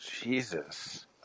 Jesus